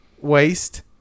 waste